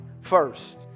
first